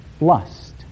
lust